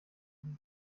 muri